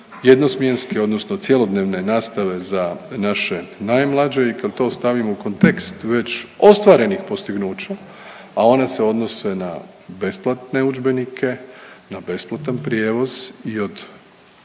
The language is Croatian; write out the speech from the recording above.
jednosmjenske odnosno cjelodnevne nastave za naše najmlađe. I kad to stavimo u kontekst već ostvarenih postignuća, a ona se odnose na besplatne udžbenike, na besplatan prijevoz i od